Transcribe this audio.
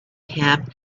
him